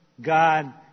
God